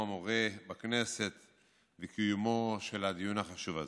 המורה בכנסת ועל קיומו של הדיון החשוב הזה.